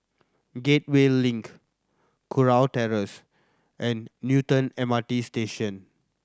Gateway Link Kurau Terrace and Newton M R T Station